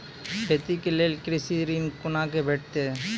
खेती के लेल कृषि ऋण कुना के भेंटते?